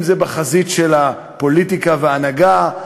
אם זה בחזית של הפוליטיקה וההנהגה,